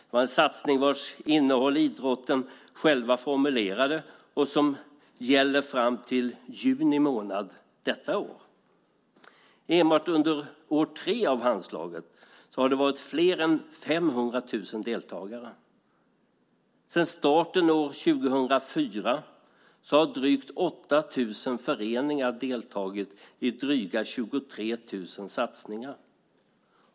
Det var en satsning vars innehåll idrotten själv formulerade. Den gäller fram till juni detta år. Enbart under år tre av Handslaget har det varit mer än 500 000 deltagare. Sedan starten år 2004 har drygt 8 000 föreningar deltagit i drygt 23 000 satsningar.